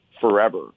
Forever